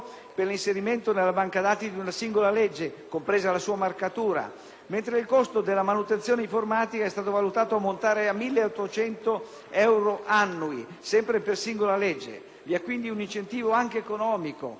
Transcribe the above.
mentre il costo della manutenzione informatica è stato valutato ammontare a 1.800 euro annui (sempre per singola legge). Vi è quindi un incentivo anche economico a ridurre fortemente il numero delle leggi da inserire nella banca dati.